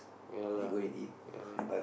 ya lah ya lah